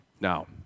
Now